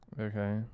Okay